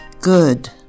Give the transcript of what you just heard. good